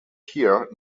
here